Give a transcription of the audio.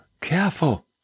careful